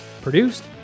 produced